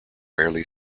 rarely